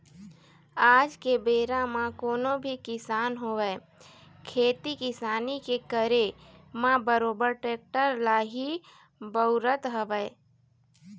आज के बेरा म कोनो भी किसान होवय खेती किसानी के करे म बरोबर टेक्टर ल ही बउरत हवय